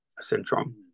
syndrome